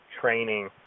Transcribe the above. training